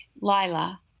Lila